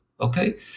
Okay